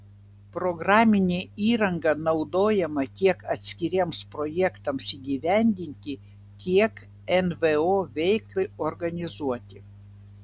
programinė įranga naudojama tiek atskiriems projektams įgyvendinti tiek nvo veiklai organizuoti